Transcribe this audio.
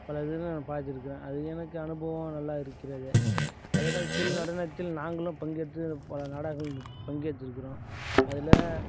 பல இதில் நான் பார்த்துருக்றேன் அது எனக்கு அனுபவம் நல்லா இருக்கிறது பல இடத்தில் நடனத்தில் நாங்களும் பங்கேற்று பல நாடகங்கள் பங்கேற்று இருக்குறோம் அதில்